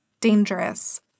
dangerous